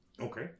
Okay